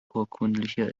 urkundliche